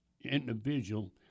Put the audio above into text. individual